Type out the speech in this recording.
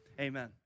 amen